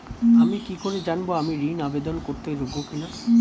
আমি কি করে জানব আমি ঋন আবেদন করতে যোগ্য কি না?